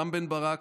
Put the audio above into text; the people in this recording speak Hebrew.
רם בן ברק,